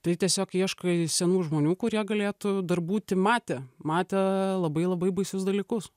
tai tiesiog ieškai senų žmonių kurie galėtų dar būti matę matę labai labai baisius dalykus